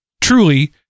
truly